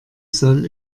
soll